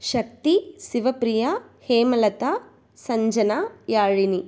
ஷத்தி Sivapriya Hemalatha Sanjana Yazhini